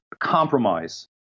compromise